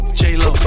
J-Lo